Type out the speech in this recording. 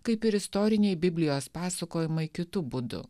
kaip ir istoriniai biblijos pasakojimai kitu būdu